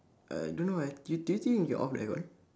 I don't know eh do you do you think you can off the aircon